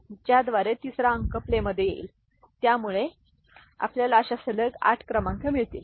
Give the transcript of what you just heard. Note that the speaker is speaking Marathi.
तर ज्याद्वारे तिसरा अंक प्लेमध्ये येईल ज्यामुळे आपल्याला अशा सलग 8 क्रमांक मिळतील